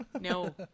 no